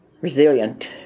resilient